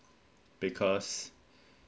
because